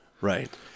right